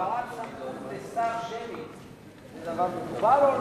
העברת סמכות לשר, מבחינה שמית, זה דבר מקובל?